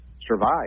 survive